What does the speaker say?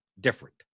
different